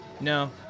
no